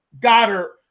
Goddard